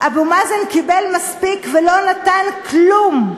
אבו מאזן קיבל מספיק, ולא נתן כלום.